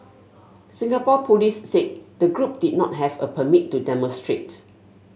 Singapore police said the group did not have a permit to demonstrate